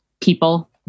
people